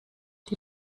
die